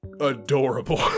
adorable